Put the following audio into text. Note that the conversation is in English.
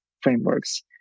frameworks